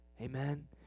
Amen